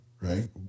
Right